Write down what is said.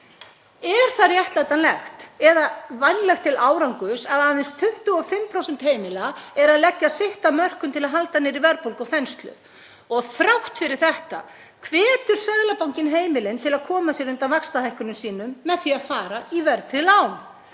Er það réttlætanlegt eða vænlegt til árangurs að aðeins 25% heimila séu að leggja sitt af mörkum til að halda niðri verðbólgu og þenslu? Og þrátt fyrir þetta hvetur Seðlabankinn heimilin til að koma sér undan vaxtahækkunum með því að fara í verðtryggð